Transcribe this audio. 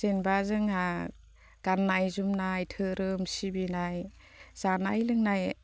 जेनेबा जोंहा गाननाय जोमनाय धोरोम सिबिनाय जानाय लोंनाय